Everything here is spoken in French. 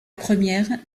première